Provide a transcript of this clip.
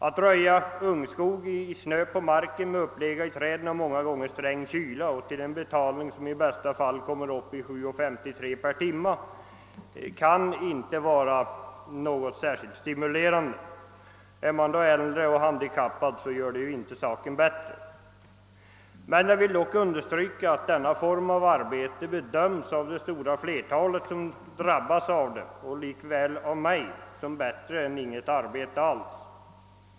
Att röja ungskog med snö på marken, med upplega i träden, många gånger i sträng kyla och till en betalning av i bästa fall 7:53 kronor per timme kan inte för någon människa te sig särskilt stimulerande. är man då äldre och handikappad gör det inte saken bättre. Jag vill understryka, att denna form av arbete av det stora fler talet av dem som drabbas av det — lika väl som av mig — bedöms som bättre än inget arbete alls.